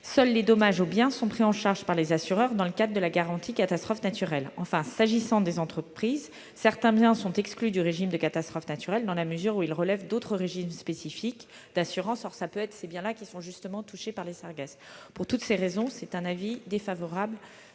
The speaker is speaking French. seuls les dommages aux biens sont pris en charge par les assureurs dans le cadre de la garantie catastrophes naturelles. S'agissant des entreprises, certains biens sont exclus du régime des catastrophes naturelles dans la mesure où ils relèvent d'autres régimes spécifiques d'assurance. Or ce sont peut-être ces biens-là qui sont touchés par les sargasses. Pour toutes ces raisons, le Gouvernement est défavorable